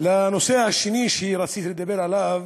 לנושא השני שרציתי לדבר עליו,